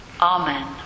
Amen